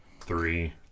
Three